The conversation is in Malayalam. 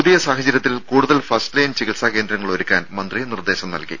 പുതിയ സാഹചര്യത്തിൽ കൂടുതൽ ഫസ്റ്റ്ലൈൻ ചികിത്സാ കേന്ദ്രങ്ങൾ ഒരുക്കാൻ മന്ത്രി നിർദ്ദേശം നൽകി